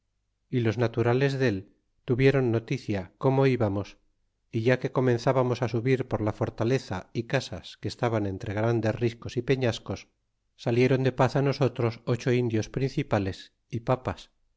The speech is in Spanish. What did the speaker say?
y los naturales del tuvieron noticia como íbamos é ya que comenzábamos á subir por la fortaleza y casas que estaban entre grandes riscos y peñascos salieron de paz nosotros o choindios principales y papas